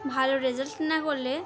ভালো রেজাল্ট না করলে